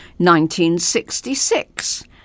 1966 –